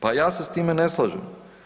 Pa ja se s time ne slažem.